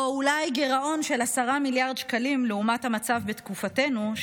או אולי גירעון של 10 מיליארד שקלים לעומת המצב בתקופתנו,